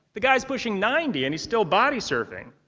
the guy's pushing ninety and he's still body surfing!